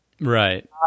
right